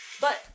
But-